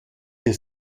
ihr